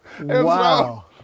Wow